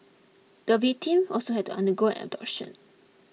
the victim also had to undergo an abortion